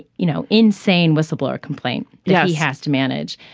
you know insane whistleblower complaint. yeah he has to manage.